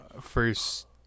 first